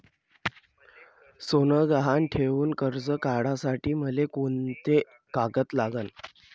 सोनं गहान ठेऊन कर्ज काढासाठी मले कोंते कागद लागन?